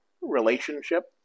relationship